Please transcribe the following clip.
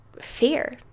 fear